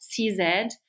CZ